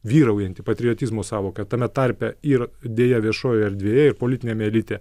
vyraujanti patriotizmo sąvoka tame tarpe ir deja viešojoj erdvėj ir politiniam elite